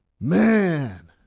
man